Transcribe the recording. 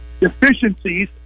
deficiencies